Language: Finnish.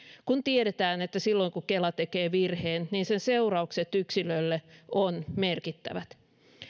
kun tiedetään että silloin kun kela tekee virheen sen seuraukset yksilölle ovat merkittävät